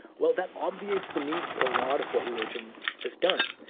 well, that obviates the need for a lot of what religion has done.